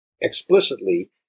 explicitly